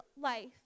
life